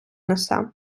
несе